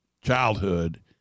childhood